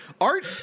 Art